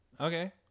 Okay